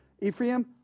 Ephraim